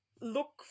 look